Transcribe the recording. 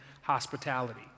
hospitality